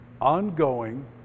ongoing